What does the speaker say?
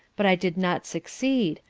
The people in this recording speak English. but i did not succeed,